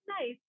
nice